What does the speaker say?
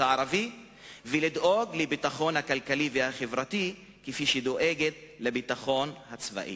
הערבי ולדאוג לביטחון הכלכלי והחברתי כפי שהיא דואגת לביטחון הצבאי.